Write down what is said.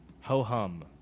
Ho-hum